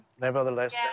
Nevertheless